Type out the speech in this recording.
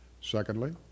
Secondly